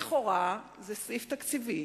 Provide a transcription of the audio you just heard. לכאורה זה סעיף תקציבי.